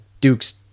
Duke's